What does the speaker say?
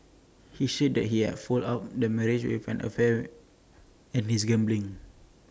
he said that he had fouled up their marriage with an affair and his gambling